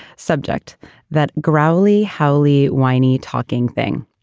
subject that growly howley whiny talking thing.